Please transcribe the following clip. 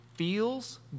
feels